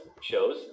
shows